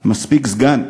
מספיק סגן,